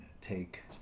take